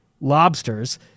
lobsters